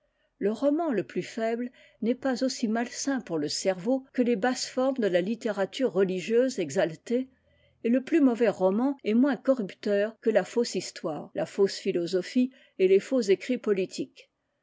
le roman le plus faible n'estpas aussi malsain pour le cerveau que les basses formes de la littérature religieuse exaltée et le plus mauvais roman est moins corrupteur que la fausse histoire la fausse philosophie et les faux écrits politiques